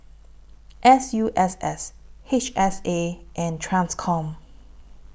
S U S S H S A and TRANSCOM